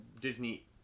Disney